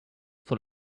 full